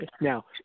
Now